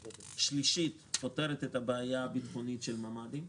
3) פותרת את הבעיה הביטחונית של ממ"דים,